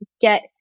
get